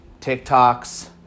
TikToks